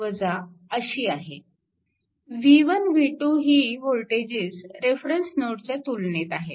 v1 v2 ही voltages reference नोडच्या तुलनेत आहेत